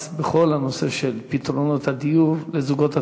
בכל הנושא של פתרונות הדיור לזוגות הצעירים.